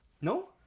No